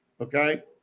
Okay